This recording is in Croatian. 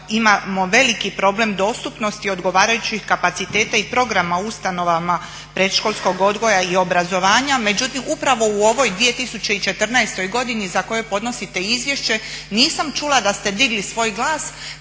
imamo veliki problem dostupnosti odgovarajućih kapaciteta i programa ustanovama predškolskog odgoja i obrazovanja. Međutim, upravo u ovoj 2014. godini za koju podnosite izvješće nisam čula da ste digli svoj glas